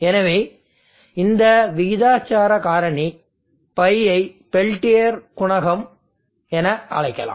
எனவே இந்த விகிதாசார காரணி pi ஐ பெல்டியர் குணகம் என அழைக்கலாம்